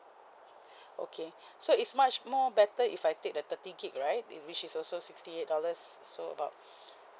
okay so is much more better if I take the thirty gig right in which is also sixty eight dollars so about